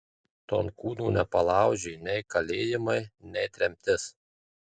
tonkūno nepalaužė nei kalėjimai nei tremtis